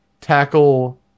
tackle